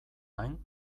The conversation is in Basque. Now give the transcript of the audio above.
gain